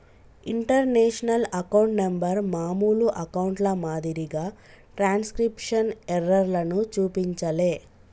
international account number మామూలు అకౌంట్ల మాదిరిగా ట్రాన్స్క్రిప్షన్ ఎర్రర్లను చూపించలే